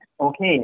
Okay